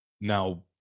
now